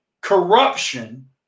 corruption